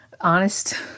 honest